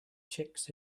chicks